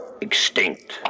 Extinct